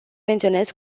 menționez